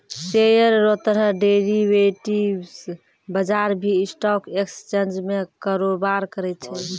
share रो तरह derivatives बजार भी स्टॉक एक्सचेंज में कारोबार करै छै